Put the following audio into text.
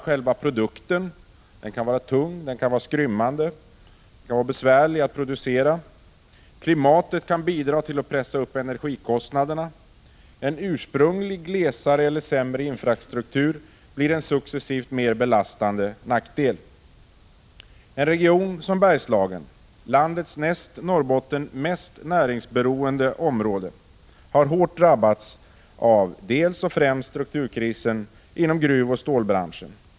Själva produkten kan vara tung, skrymmande eller besvärlig att producera. Klimatet kan bidra till att pressa upp energikostnaderna. En ursprungligen glesare eller sämre infrastruktur blir successivt en mer belastande nackdel. En region som Bergslagen, landets näst Norrbotten mest näringsberoende område, har drabbats hårt av främst strukturkrisen inom gruvoch stålbranschen.